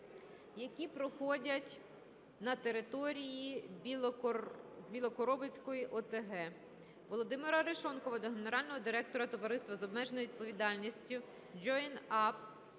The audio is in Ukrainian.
які проходять на території Білокоровицької ОТГ. Володимира Арешонкова до генерального директора товариства з